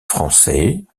français